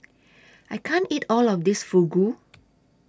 I can't eat All of This Fugu